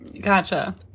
Gotcha